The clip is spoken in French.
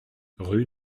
rue